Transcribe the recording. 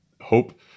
hope